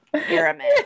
pyramid